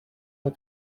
fel